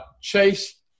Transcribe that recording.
Chase